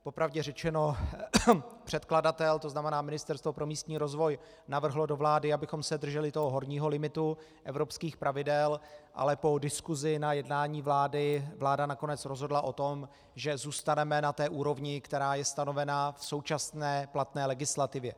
Po pravdě řečeno, předkladatel, to znamená Ministerstvo pro místní rozvoj, navrhl do vlády, abychom se drželi toho horního limitu evropských pravidel, ale po diskusi na jednání vlády vláda nakonec rozhodla o tom, že zůstaneme na té úrovni, která je stanovena v současné platné legislativě.